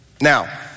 Now